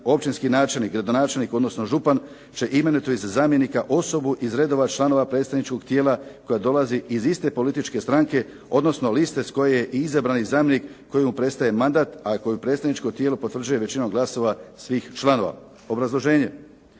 općinski načelnik, gradonačelnik, odnosno župan će imenovati za zamjenika osobu iz redova članova predstavničkog tijela koja dolazi iz iste političke stranke, odnosno liste s koje i izabrani zamjenik kojemu prestaje mandat, a koje predstavničko tijelo potvrđuje većinom glasova svih članova. Obrazloženje.